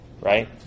right